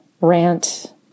rant